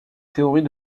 théorie